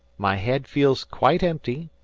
my head feels quite empty.